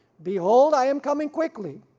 behold, i am coming quickly!